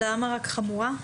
למה רק חמורה?